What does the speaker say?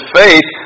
faith